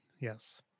Yes